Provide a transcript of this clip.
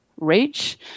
reach